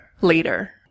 Later